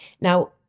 Now